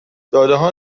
دادهها